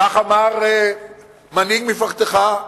כך אמר מנהיג מפלגתך,